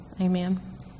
amen